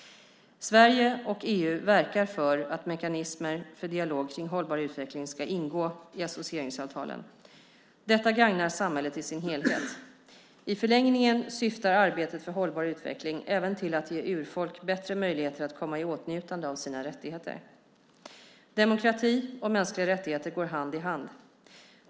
Sverige och EU verkar för att mekanismer för dialog kring hållbar utveckling ska ingå i associeringsavtalen. Detta gagnar samhället i sin helhet. I förlängningen syftar arbetet för hållbar utveckling även till att ge urfolk bättre möjligheter att komma i åtnjutande av sina rättigheter. Demokrati och mänskliga rättigheter går hand i hand.